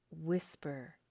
whisper